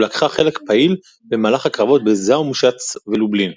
ולקחה חלק פעיל במהלך הקרבות בזאמושץ ולובלין.